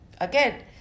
again